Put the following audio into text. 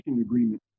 agreement